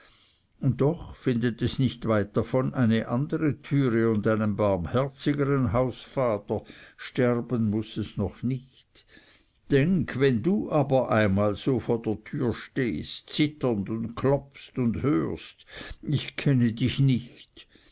und doch findet es nicht weit davon eine andere türe und einen barmherzigeren hausvater sterben muß es noch nicht denk wenn du aber einmal so vor der türe dort stehst zitternd und klopfst und hörst ich kenne dich nicht